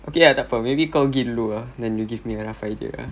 okay ah takpe maybe kau pergi dulu ah then you give me a rough idea ah